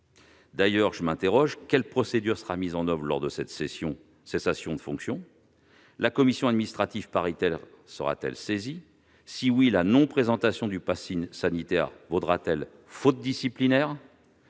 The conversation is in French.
généraux. Je m'interroge. Quelle procédure sera mise en oeuvre lors de la cessation de fonction ? La commission administrative paritaire sera-t-elle saisie ? Si oui, la non-présentation du passe sanitaire vaudra-t-elle faute disciplinaire ?